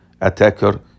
attacker